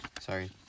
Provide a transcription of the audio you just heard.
Sorry